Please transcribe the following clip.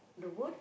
the work